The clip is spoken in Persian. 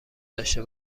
داشته